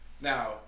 Now